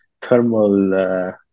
thermal